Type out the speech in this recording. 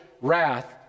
wrath